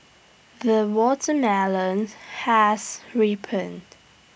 the watermelon has ripened